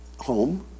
home